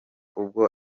ubwo